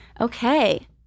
Okay